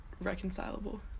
reconcilable